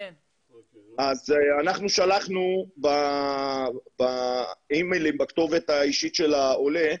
אנחנו שלחנו באי-מיילים לכתובת האישית של העולה,